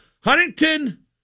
Huntington